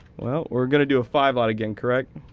well, we're going to do a five-aught again, correct?